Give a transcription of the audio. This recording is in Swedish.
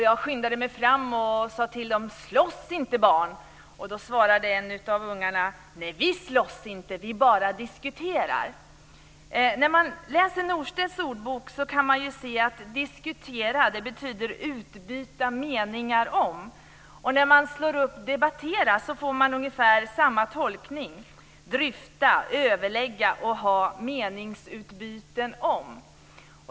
Jag skyndade mig fram och sade: Slåss inte barn! Då svarade en av ungarna: Nej, vi slåss inte, vi bara diskuterar. När man läser Norstedts ordbok kan man se att ordet diskutera betyder utbyta meningar om. När man slår upp ordet debattera så får man ungefär samma tolkning, nämligen dryfta, överlägga och ha meningsutbyten om.